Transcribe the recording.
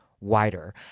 wider